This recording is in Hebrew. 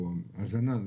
ההאזנה.